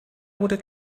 would